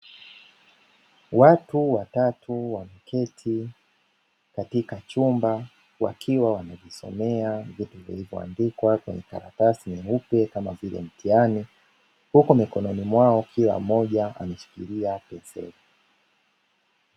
Watu watatu wameketi katika chumba wakiwa wanajisomea vitu vilivyoandikwa katika karatasi nyeupe kamavile mtihani huku mikononi mwao kila mmoja ameshikilia penseli.